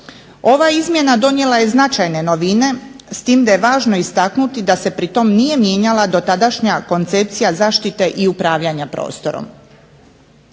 Ova izmjena donijela je značajne novine s tim da je važno istaknuti da se pri tome nije mijenjala dotadašnja koncepcija zaštite i upravljanja prostorom.